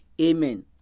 Amen